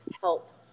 help